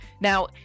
Now